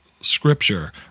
Scripture